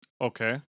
Okay